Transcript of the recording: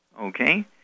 Okay